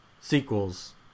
sequels